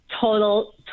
total